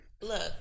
Look